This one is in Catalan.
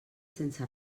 sense